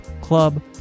club